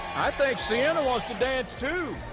i think sienna wants to dance too.